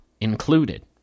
included